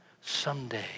someday